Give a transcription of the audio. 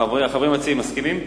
החברים המציעים מסכימים?